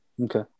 Okay